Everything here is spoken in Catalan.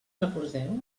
recordeu